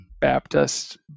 Baptist